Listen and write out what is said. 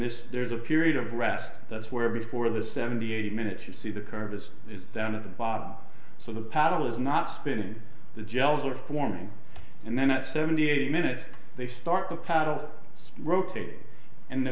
is a period of rest that's where before the seventy eight minutes you see the curve is down at the bottom so the paddle is not spinning the gels are forming and then at seventy eight minutes they start the paddle rotating and the